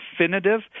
definitive